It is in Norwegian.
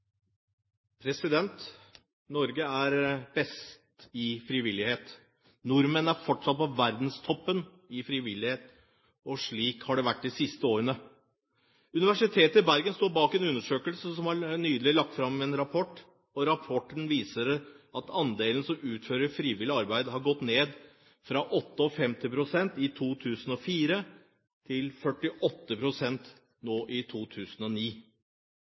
best i frivillighet. Nordmenn er fortsatt på verdenstoppen i frivillighet, og slik har det vært de siste årene. Universitetet i Bergen står bak en undersøkelse og har nylig lagt fram en rapport. Rapporten viser at andelen som utfører frivillig arbeid, har gått ned fra 58 pst. i 2004 til 48 pst. i 2009.